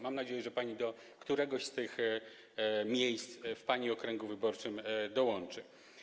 Mam nadzieję, że pani do któregoś z tych miejsc w pani okręgu wyborczym dołączy.